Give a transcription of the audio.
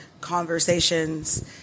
conversations